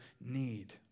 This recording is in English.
need